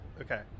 Okay